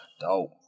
dope